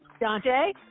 Dante